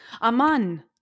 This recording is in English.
Aman